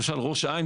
למשל ראש העין,